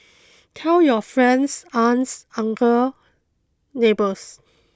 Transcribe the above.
tell your friends aunts uncles neighbours